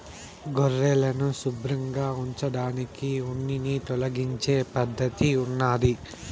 గొర్రెలను శుభ్రంగా ఉంచడానికి ఉన్నిని తొలగించే పద్ధతి ఉన్నాది